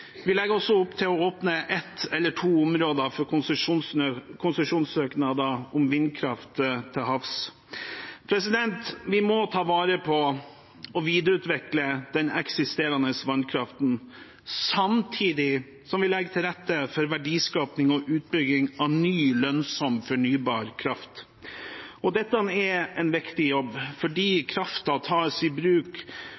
Vi legger også opp til å åpne ett eller to områder for konsesjonssøknader om vindkraft til havs. Vi må ta vare på og videreutvikle den eksisterende vannkraften, samtidig som vi legger til rette for verdiskaping og utbygging av ny, lønnsom fornybar kraft. Dette er en viktig jobb,